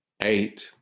eight